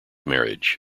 marriage